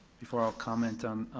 before i'll comment on